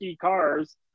cars